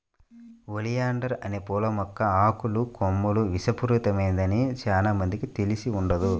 oleander అనే పూల మొక్క ఆకులు, కొమ్మలు విషపూరితమైనదని చానా మందికి తెలిసి ఉండదు